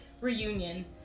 reunion